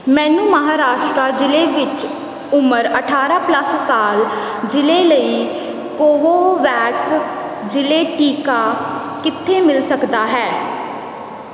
ਮੈਨੂੰ ਮਹਾਰਾਸ਼ਟਰ ਜ਼ਿਲ੍ਹੇ ਵਿੱਚ ਉਮਰ ਅਠਾਰਾਂ ਪਲੱਸ ਸਾਲ ਜ਼ਿਲ੍ਹੇ ਲਈ ਕੋਵੋਵੈਕਸ ਜ਼ਿਲ੍ਹੇ ਟੀਕਾ ਕਿੱਥੇ ਮਿਲ ਸਕਦਾ ਹੈ